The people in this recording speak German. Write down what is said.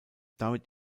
damit